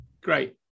great